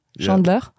Chandler